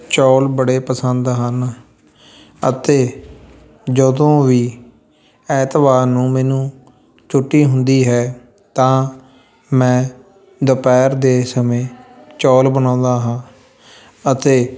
ਚੌਲ ਬੜੇ ਪਸੰਦ ਹਨ ਅਤੇ ਜਦੋਂ ਵੀ ਐਤਵਾਰ ਨੂੰ ਮੈਨੂੰ ਛੁੱਟੀ ਹੁੰਦੀ ਹੈ ਤਾਂ ਮੈਂ ਦੁਪਹਿਰ ਦੇ ਸਮੇਂ ਚੌਲ ਬਣਾਉਂਦਾ ਹਾਂ ਅਤੇ